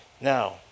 Now